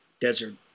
desert